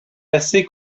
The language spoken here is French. assez